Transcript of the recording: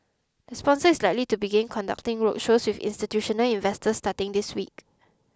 the sponsor is likely to begin conducting roadshows with institutional investors starting this week